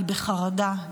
אני בחרדה,